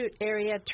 area